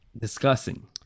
discussing